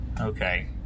Okay